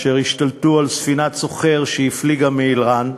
אשר השתלטו על ספינת סוחר שהפליגה מאיראן,